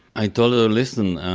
i told her, listen, ah,